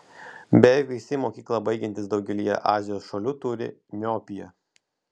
beveik visi mokyklą baigiantys daugelyje azijos šalių turi miopiją